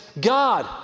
God